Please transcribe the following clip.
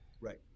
Right